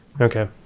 Okay